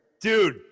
Dude